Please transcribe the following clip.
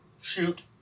shoot